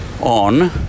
on